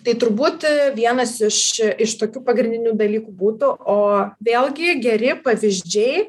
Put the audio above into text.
tai turbūt vienas iš iš tokių pagrindinių dalykų būtų o vėlgi geri pavyzdžiai